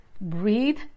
Breathe